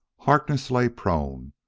harkness lay prone,